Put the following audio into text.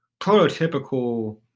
prototypical